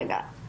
רגע.